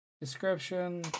Description